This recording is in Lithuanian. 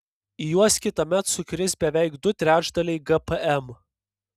į juos kitąmet sukris beveik du trečdaliai gpm